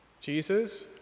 Jesus